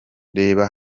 reba